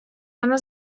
вона